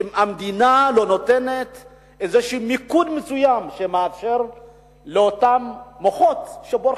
אם המדינה לא נותנת מיקוד מסוים שמאפשר לאותם מוחות שבורחים,